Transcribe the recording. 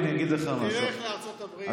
תלך לארצות הברית,